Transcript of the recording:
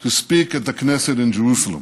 to speak at the Knesset in Jerusalem.